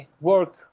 work